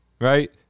right